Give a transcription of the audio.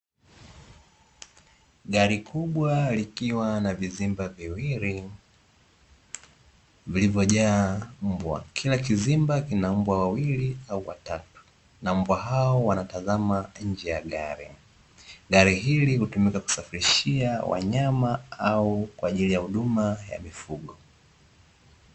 Gari kubwa likiwa na vizimba viwili vilivyojaa mbwa, kila kizimba kina mbwa wawili au watatu na mbwa hao wanatazama nje ya gari, gari hili hutumika kusafirishia wanyama au kwajili ya huduma ya mifugo.